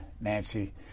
Nancy